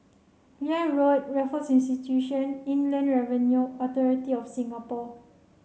Liane Road Raffles Institution Inland Revenue Authority of Singapore